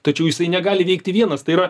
tačiau jisai negali veikti vienas tai yra